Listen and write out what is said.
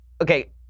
okay